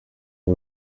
abo